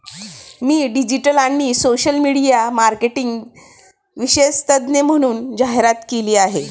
मी digital आणि social media marketing विशेषज्ञ म्हणून जाहिरात केली आहे